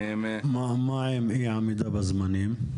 מה עם אי עמידה בזמנים?